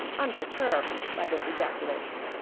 unperturbed by this ejaculation.